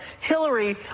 Hillary